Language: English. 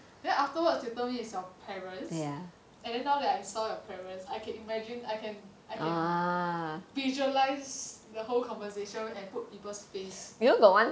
then afterwards you told me is your parents and then now that I saw your parents I can imagine I can I can visualise the whole conversation and put people's face